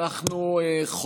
טייב,